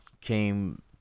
came